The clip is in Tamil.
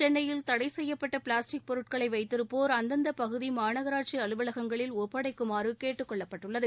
சென்னையில் தடை செய்யப்பட்ட பிளாஸ்டிக் பொருட்களை வைத்திருப்போா் அந்தந்த பகுதி மாநகராட்சி அலுவலகங்களில் ஒப்படைக்குமாறு கேட்டுக் கொள்ளப்பட்டுள்ளது